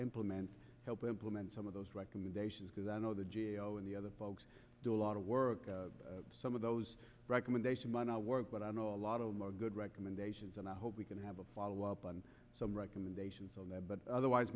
implement help implement some of those recommendations because i know the g a o and the other folks do a lot of work some of those recommendations might not work but i know a lot of them are good recommendations and i hope we can have a follow up on some recommendations on that but otherwise